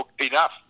enough